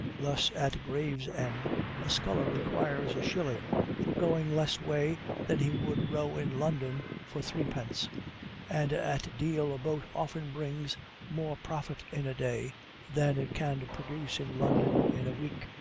thus at gravesend a sculler requires a shilling for going less way than he would row in london for threepence and at deal a boat often brings more profit in a day than it can produce in london in a week,